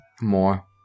More